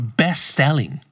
best-selling